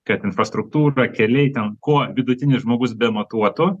kad infrastruktūra keliai ten kuo vidutinis žmogus bematuotų